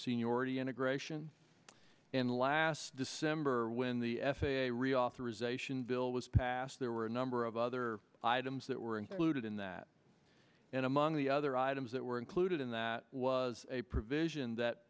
seniority integration and last december when the f a a reauthorization bill was passed there were a number of other items that were included in that and among the other items that were included in that was a provision that